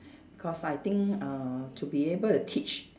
cause I think uh to be able to teach